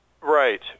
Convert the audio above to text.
Right